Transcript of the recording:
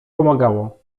pomagało